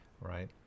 right